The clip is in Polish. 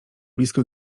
blisko